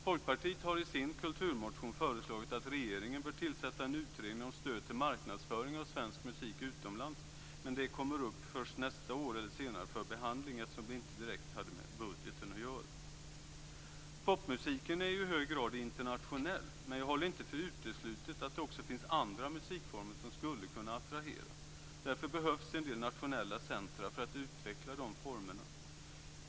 Folkpartiet har i sin kulturmotion föreslagit att regeringen bör tillsätta en utredning om stöd till marknadsföring av svensk musik utomlands. Detta kommer dock upp först nästa år för behandling, eftersom det inte hade direkt med budgeten att göra. Popmusiken är ju i hög grad internationell, men jag håller inte för uteslutet att det också finns andra musikformer som skulle kunna attrahera. Därför behövs en del nationella centrum för att utveckla de formerna.